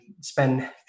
spend